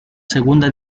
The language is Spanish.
segunda